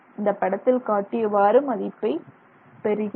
இந்த படத்தில் காட்டியவாறு மதிப்பைப் பெறுகிறது